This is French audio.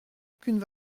aucunes